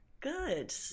Good